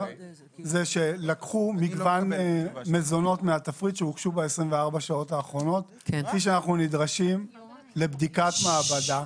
לקחו מגוון מזונות מהתפריט שהוגש ב-24 השעות האחרונות לבדיקת מעבדה.